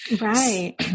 Right